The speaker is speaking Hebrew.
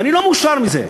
ואני לא מאושר מזה,